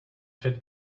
fit